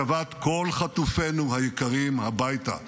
השבת כל חטופינו היקרים הביתה.